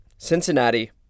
Cincinnati